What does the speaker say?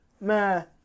man